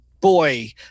boy